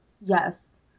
Yes